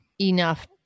enough